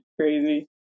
crazy